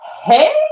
Hey